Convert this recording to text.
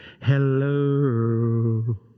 Hello